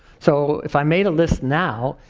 so if i made a list now,